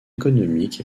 économiques